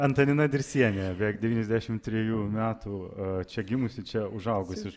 antanina dirsienė beveik devyniasdešimt trejų metų čia gimusi čia užaugusi